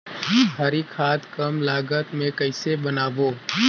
हरी खाद कम लागत मे कइसे बनाबो?